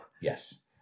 Yes